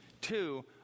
Two